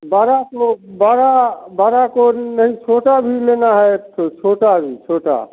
बारह सौ बारह बारह को नहीं छोटा भी लेना है एक छोटा भी छोटा